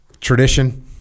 Tradition